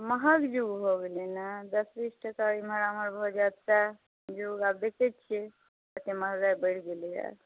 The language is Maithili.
महग युग भऽ गेलै ने दश बीस टका एमहर ओमहर भऽ जायत सहए युग आब देखैत छियै कते महँगाइ बढ़ि गेलैया